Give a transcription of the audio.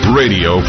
radio